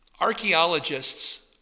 Archaeologists